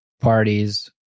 parties